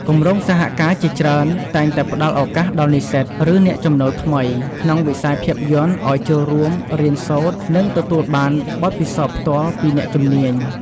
គម្រោងសហការជាច្រើនតែងតែផ្តល់ឱកាសដល់និស្សិត ឬអ្នកចំណូលថ្មី ក្នុងវិស័យភាពយន្តឱ្យចូលរួមរៀនសូត្រ និងទទួលបាន បទពិសោធន៍ផ្ទាល់ពីអ្នកជំនាញ។